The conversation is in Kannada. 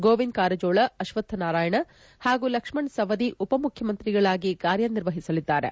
ಗೋವಿಂದ ಕಾರಜೋಳ ಅಶ್ವಕ್ಷನಾರಾಯಣ ಹಾಗೂ ಲಕ್ಷ್ಮಣ ಸವದಿ ಉಪ ಮುಖ್ಯಮಂತ್ರಿಗಳಾಗಿ ಕಾರ್ಯ ನಿರ್ವಹಿಸಲಿದ್ದಾರೆ